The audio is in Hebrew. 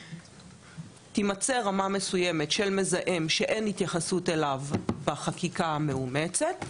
תימצא רמה מסוימת של מזהם שאין התייחסות אליו בחקיקה המאומצת,